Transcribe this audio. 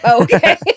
Okay